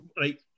right